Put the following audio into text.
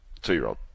Two-year-old